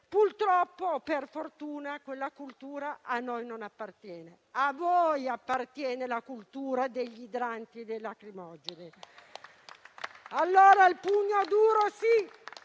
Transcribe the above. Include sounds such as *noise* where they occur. Purtroppo, o per fortuna quella cultura a noi non appartiene; a voi appartiene la cultura degli idranti e dei lacrimogeni. *applause* Allora, qui il pugno duro sì,